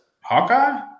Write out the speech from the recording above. Hawkeye